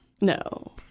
no